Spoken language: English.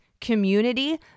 community